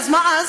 מה אז?